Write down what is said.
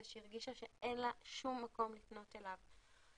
שהיא הרגישה שאין לה שום מקום לפנות אליו.